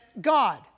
God